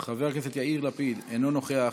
חבר הכנסת יאיר לפיד, אינו נוכח,